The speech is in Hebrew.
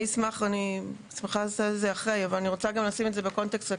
אני רוצה לשים את זה בקונטקסט הכללי.